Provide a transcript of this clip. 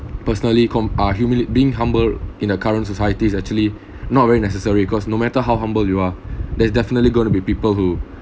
personally com~ are humili~ being humble in the current societies actually not very necessary cause no matter how humble you are there's definitely going to be people who